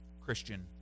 Christian